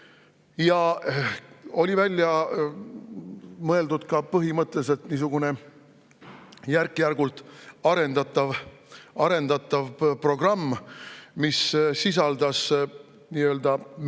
Ja oli välja mõeldud ka põhimõtteliselt niisugune järk-järgult arendatav programm, mis sisaldas